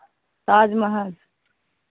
Taj Mahal